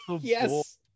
Yes